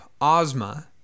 Ozma